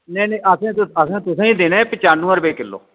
नेईं नेईं असें असें तुसेंगी देने पचानमें रपे किलो